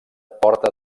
porta